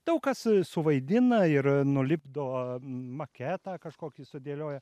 daug kas suvaidina ir nulipdo maketą kažkokį sudėlioja